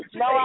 no